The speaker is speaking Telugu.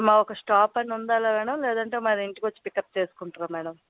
మా ఒక స్టాప్ అని ఉండాలా మేడం లేదంటే మన ఇంటికి వచ్చి పిక్ అప్ చేసుకుంటారా మేడం